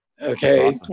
Okay